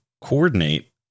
coordinate